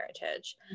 heritage